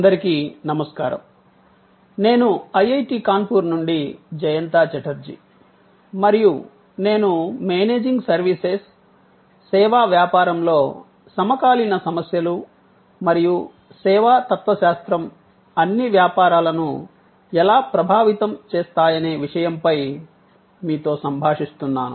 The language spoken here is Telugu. అందరికీ నమస్కారం నేను ఐఐటి కాన్పూర్ నుండి జయంత ఛటర్జీ మరియు నేను మేనేజింగ్ సర్వీసెస్ సేవా వ్యాపారంలో సమకాలీన సమస్యలు మరియు సేవా తత్వశాస్త్రం అన్ని వ్యాపారాలను ఎలా ప్రభావితం చేస్తాయనే విషయం పై మీతో సంభాషిస్తున్నాను